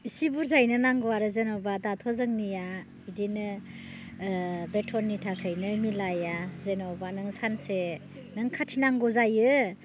इसि बुरजायैनो नांगौ आरो जेन'बा दाथ' जोंनिया बिदिनो बेथननि थाखायनो मिलाया जेन'बा नों सानसे नों खाथिनांगौ जायो